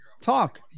Talk